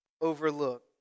overlook